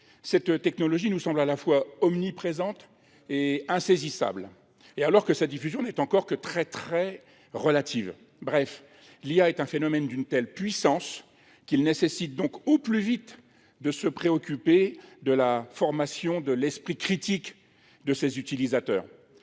Cette technologie nous semble à la fois omniprésente et insaisissable et alors que sa diffusion n'est encore que très très relative. Bref, l'IA est un phénomène d'une telle puissance qu'il nécessite donc au plus vite de se préoccuper de la formation de l'esprit critique de ces utilisateurs.